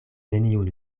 neniun